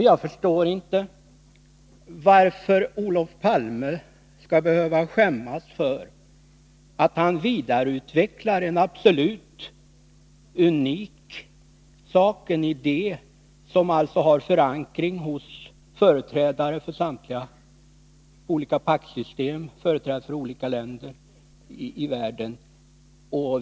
Jag förstår inte varför Olof Palme skall behöva skämmas för att han genom denna sondering ville vidareutveckla en absolut unik idé som har förankring hos företrädare för olika paktsystem och länder i världen.